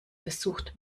versucht